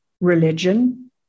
religion